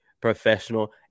professional